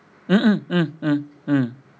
mm mm mm mm mm